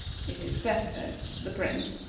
it is better, said the prince,